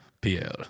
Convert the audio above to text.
Pierre